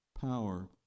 power